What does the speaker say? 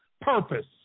purpose